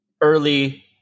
early